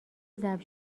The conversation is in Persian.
ضبط